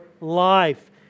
life